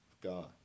God